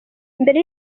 mbere